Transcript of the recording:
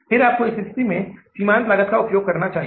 फिर आपको इस स्थिति में सीमांत लागत का उपयोग करना चाहिए